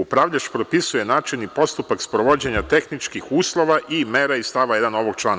Upravljač propisuje način i postupak sprovođenja tehničkih uslova i mera iz stava 1. ovog člana.